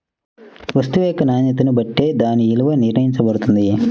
వస్తువు యొక్క నాణ్యతని బట్టే దాని విలువ నిర్ణయించబడతది